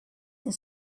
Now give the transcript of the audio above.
and